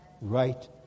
right